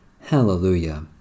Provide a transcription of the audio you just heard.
Hallelujah